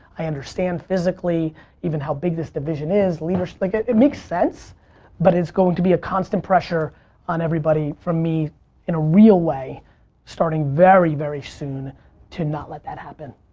i understand physically even how big this division is leaders, like it it makes sense but is going to be a constant pressure on everybody from me in a real way starting very, very soon to not let that happen.